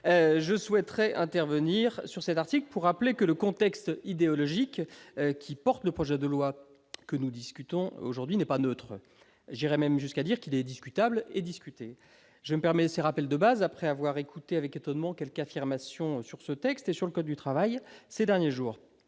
Je souhaitais intervenir sur cet article pour rappeler que le contexte idéologique qui sous-tend le projet de loi que nous discutons aujourd'hui n'est pas neutre. J'irai même jusqu'à dire qu'il est discutable et discuté ! Je me permets ces rappels de base, après avoir écouté avec étonnement quelques affirmations sur ce texte et sur le code du travail, ces derniers jours.